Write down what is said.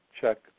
check